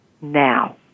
now